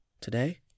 today